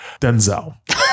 Denzel